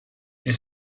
ils